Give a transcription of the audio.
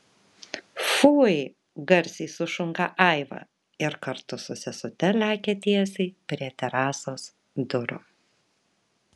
fui garsiai sušunka aiva ir kartu su sesute lekia tiesiai prie terasos durų